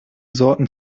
sorten